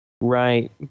Right